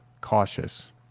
cautious